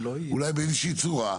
אולי באיזושהי צורה,